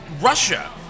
Russia